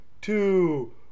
two